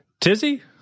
tizzy